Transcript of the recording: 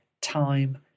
Time